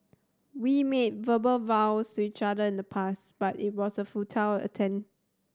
we made verbal vows to each other in the past but it was a futile attempt